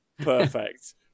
Perfect